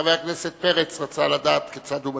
חבר הכנסת פרץ רצה לדעת כיצד הוא מצביע.